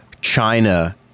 china